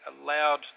allowed